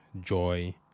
joy